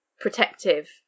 protective